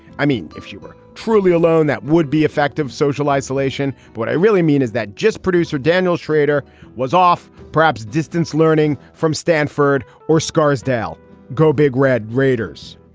i mean, if you were truly alone, that would be effective social isolation. what i really mean is that just producer daniel shrader was off perhaps distance learning from stanford or scarsdale go big red raiders,